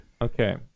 Okay